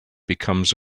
becomes